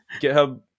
github